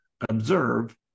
observe